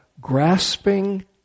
grasping